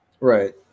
right